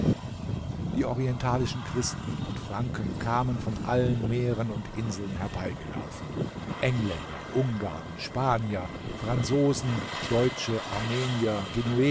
die orientalischen christen und franken kamen von allen meeren und inseln herbeigelaufen engländer ungarn spanier franzosen deutsche armenier